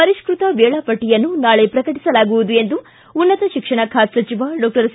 ಪರಿಷ್ಟತ ವೇಳಾಪಟ್ಟಿಯನ್ನು ನಾಳೆ ಪ್ರಕಟಿಸಲಾಗುವುದು ಎಂದು ಉನ್ನತ ಶಿಕ್ಷಣ ಖಾತೆ ಸಚಿವ ಡಾಕ್ಷರ್ ಸಿ